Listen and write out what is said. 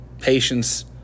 patience